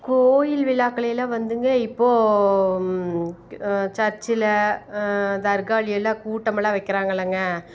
கோயில் விழாக்கள் எல்லாம் வந்துங்க இப்போது சர்ச்சில் தர்காவிலயெல்லாம் கூட்டமெல்லாம் வைக்கிறாங்க இல்லைங்க